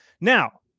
Now